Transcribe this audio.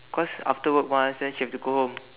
cause after work mah then she has to go home